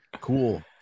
cool